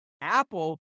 Apple